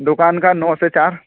दुकान का नौ से चार